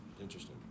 Interesting